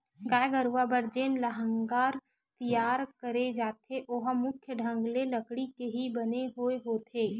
गाय गरुवा बर जेन लांहगर तियार करे जाथे ओहा मुख्य ढंग ले लकड़ी के ही बने होय होथे